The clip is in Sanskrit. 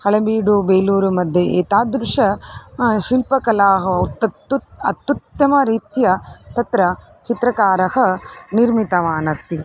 हळेबीडु बेलूरुमध्ये एतादृशाः शिल्पकलाः उत्तमम् अत्युत्तमरीत्या तत्र चित्रकारः निर्मितवान् अस्ति